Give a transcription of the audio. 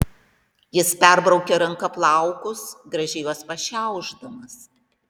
jis perbraukė ranka plaukus gražiai juos pašiaušdamas